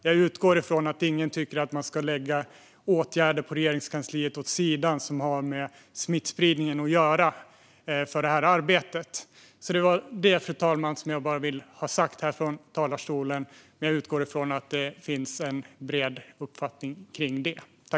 Jag utgår från att ingen tycker att man ska lägga åtgärder som finns på Regeringskansliets bord och som har med smittspridningen att göra åt sidan för detta arbete. Det var bara det jag ville säga, fru talman. Jag utgår som sagt att det finns en bred förståelse för detta.